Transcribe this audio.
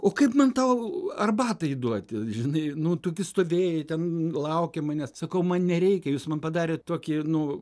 o kaip man tau arbatai duoti žinai nu tu gi stovėjai ten laukei manęs sakau man nereikia jūs man padarėt tokį nu